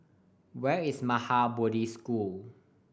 where is Maha Bodhi School